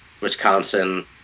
Wisconsin